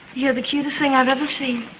you. you're the cutest thing i've ever seen